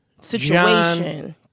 Situation